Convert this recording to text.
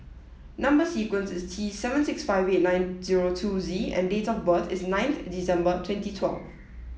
number sequence is T seven six five eight nine zero two Z and date of birth is ninth December twenty twelve